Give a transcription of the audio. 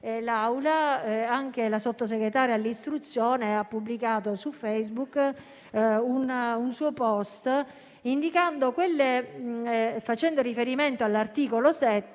d'Assemblea, anche la Sottosegretaria all'istruzione ha pubblicato su Facebook un suo *post* facendo riferimento all'articolo 7